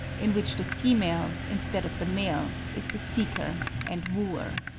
in which the female, instead of the male, is the seeker and wooer.